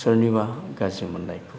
सोरनिबा गाज्रि मोननायखौ